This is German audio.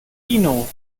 keno